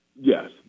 Yes